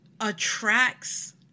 attracts